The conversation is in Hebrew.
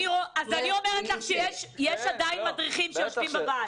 אני אומרת לך שיש עדיין מדריכים שיושבים בבית.